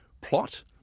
plot